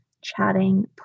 chatting